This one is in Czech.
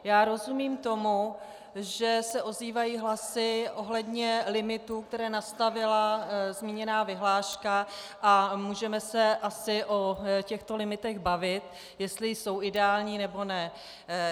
Já rozumím tomu, že se ozývají hlasy ohledně limitů, které nastavila zmíněná vyhláška, a můžeme se asi o těchto limitech bavit, jestli jsou ideální, nebo ne.